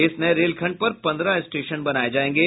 इस नये रेलखंड पर पंद्रह स्टेशन बनाये जायेंगे